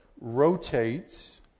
rotates